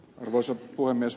arvoisa puhemies